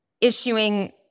issuing